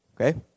Okay